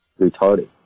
retarded